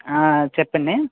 ఆ చెప్పండి